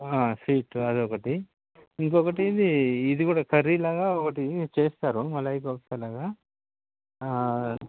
sweet అదొకటి ఇంకొకటి ఇది ఇది కూడా కర్రీలాగా ఒకటి చేస్తారు మలైకోఫ్తాలాగా